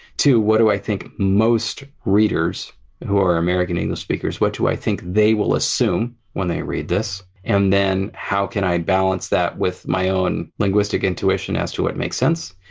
two. what do i think most readers who are american english speakers, what do i think they will assume when they read this? and then how can i balance that with my own linguistic intuition as to what makes sense.